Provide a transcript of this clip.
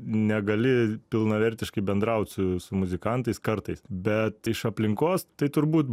negali pilnavertiškai bendraut su muzikantais kartais bet iš aplinkos tai turbūt